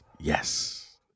Yes